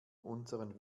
unseren